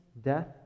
death